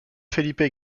felipe